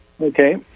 Okay